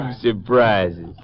surprises